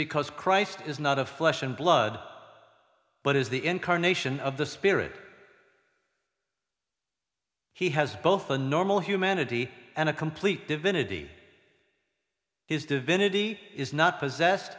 because christ is not of flesh and blood but is the incarnation of the spirit he has both a normal humanity and a complete divinity his divinity is not possess